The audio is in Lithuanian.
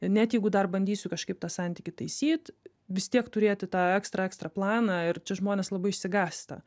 net jeigu dar bandysiu kažkaip tą santykį taisyt vis tiek turėti tą ekstrą ekstrą planą ir čia žmonės labai išsigąsta